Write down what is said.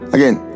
Again